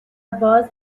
باز